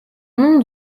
nom